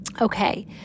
Okay